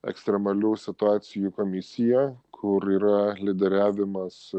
ekstremalių situacijų komisija kur yra lyderiavimas